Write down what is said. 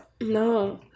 No